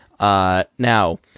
Now